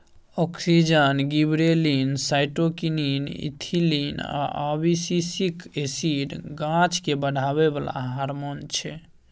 auxin, gibberellin, cytokinin, ethylene आ abscisic acid गाछकेँ बढ़ाबै बला हारमोन छै